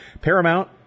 Paramount